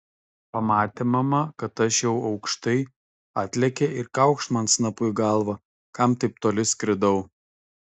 pamatė mama kad aš jau aukštai atlėkė ir kaukšt man snapu į galvą kam taip toli skridau